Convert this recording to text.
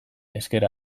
ezker